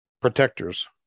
protectors